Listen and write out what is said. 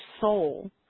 soul